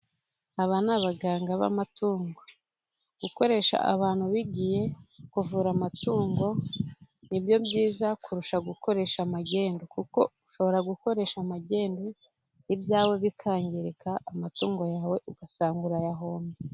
Aba ni abaganga b'amatungo, gukoresha abantu bigiye kuvura amatungo ni byo byiza kurusha gukoresha magendu, kuko ushobora gukoresha magendu ibyawe bikangirika, amatungo yawe ugasanga urayahombye.